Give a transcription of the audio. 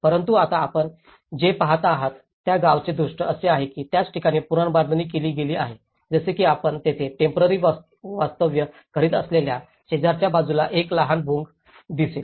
परंतु आता आपण जे पहात आहात त्या गावाचे दृष्य असे आहे की त्याच ठिकाणी पुनर्बांधणी केली गेली आहे जसे की आपण तेथे टेम्पोरारी वास्तव्य करीत असलेल्या शेजारच्या बाजूला एक लहान भोंगा दिसेल